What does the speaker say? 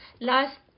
last